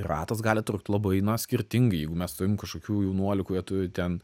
ir ratas gali trukt labai na skirtingai jeigu mes turim kažkokių jaunuolių kurie turi ten